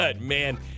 Man